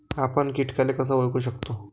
आपन कीटकाले कस ओळखू शकतो?